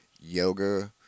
yoga